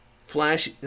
flash